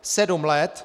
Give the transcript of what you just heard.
Sedm let.